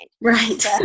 Right